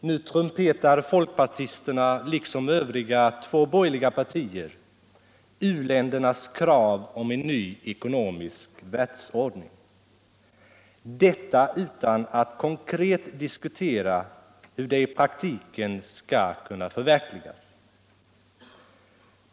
Nu trumpetar folkpartiet liksom Övriga två borgerliga partier om u-ländernas krav på en ny ekonomisk världsordning — detta utan att konkret diskutera hur den i praktiken skall kunna genomföras.